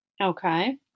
Okay